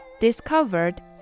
discovered